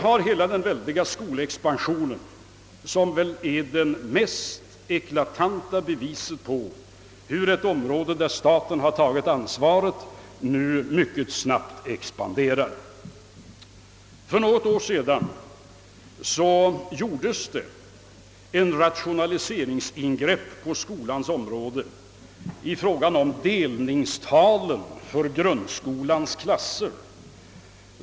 Hela den väldiga skolexpansionen är väl det mest eklatanta beviset på hur ett område, där staten har ansvaret, nu expanderat mycket snabbt. För något år sedan gjordes ett ra tionaliseringsingrepp på skolans område i fråga om delningstalet för grundskolans klasser.